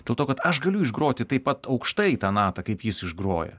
dėl to kad aš galiu išgroti taip pat aukštai tą natą kaip jis išgroja